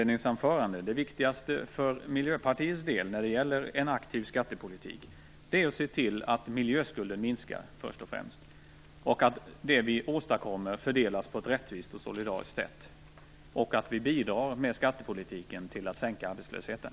Det viktigaste för miljöpartiets del, när det gäller en aktiv skattepolitik, är att se till att miljöskulden minskar, att det vi åstadkommer fördelas på ett rättvist och solidariskt sätt och att vi med skattepolitiken bidrar till att sänka arbetslösheten.